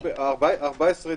בה יותר קשה לשלוט.